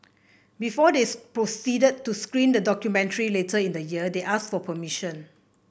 before this proceeded to screen the documentary later in the year they asked for permission